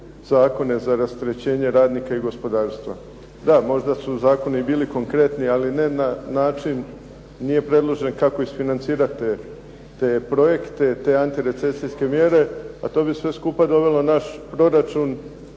zakone za rasterećenje radnika i gospodarstva. Da, možda su zakoni bili konkretni, ali ne na način, nije predloženo kako isfinancirati te projekte, te antirecesijske mjere, a to bi sve skupa dovelo naš proračun